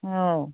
ꯑꯥꯎ